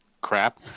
crap